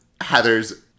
Heather's